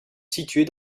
situés